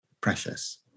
precious